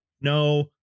no